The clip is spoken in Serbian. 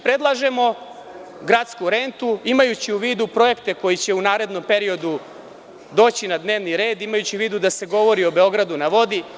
Predlažemo gradsku rentu, imajući u vidu projekte koje će u narednom periodu doći na dnevni red, imajući u vidu da se govori o Beogradu na vodi.